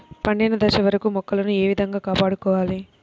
పండిన దశ వరకు మొక్కలను ఏ విధంగా కాపాడుకోవాలి?